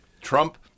Trump